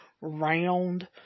round